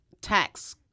tax